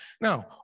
Now